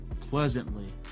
pleasantly